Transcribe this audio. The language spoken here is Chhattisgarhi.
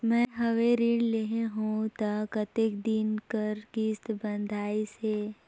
मैं हवे ऋण लेहे हों त कतेक दिन कर किस्त बंधाइस हे?